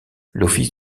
l’office